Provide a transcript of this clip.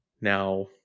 Now